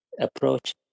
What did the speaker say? approach